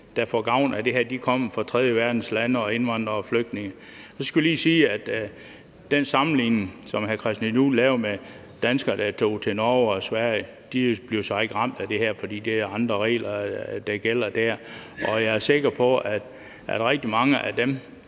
der får gavn af det her, kommer fra tredjeverdenslande og er indvandrere og flygtninge. Så skal jeg lige sige i forbindelse med den sammenligning, som hr. Christian Juhl lavede, med danskere, der tog til Norge og Sverige, at de ikke bliver ramt af det her, fordi det er andre regler, der gælder der. Og jeg er sikker på, at rigtig mange af dem,